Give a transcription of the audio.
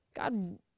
God